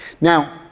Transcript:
Now